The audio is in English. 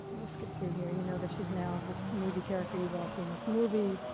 we'll skip through here. you know that she's now this movie character. you've all seen this movie.